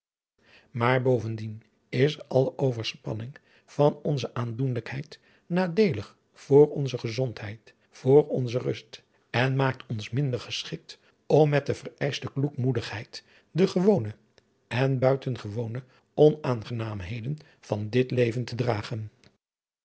maar bovendien is alle overspanning van onze aandoenlijkheid nadeelig voor onze gezondheid voor onze rust en maakt adriaan loosjes pzn het leven van hillegonda buisman ons minder geschikt om met de vereischte kloekmoedigheid de gewone en buitengewone onaangenaamheden van dit leven te dragen